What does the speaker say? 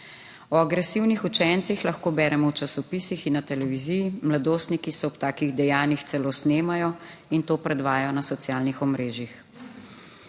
O agresivnih učencih lahko beremo v časopisih in na televiziji, mladostniki se ob takih dejanjih celo snemajo in to predvajajo na socialnih omrežjih.